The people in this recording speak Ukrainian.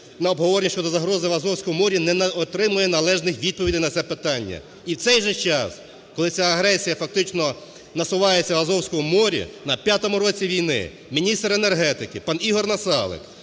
на обговорення щодо загрози в Азовському морі, не отримує належних відповідей на запитання, і в цей же час, коли ця агресія фактично насувається в Азовському морі, на п'ятому році війни міністр енергетики пан ІгорНасалик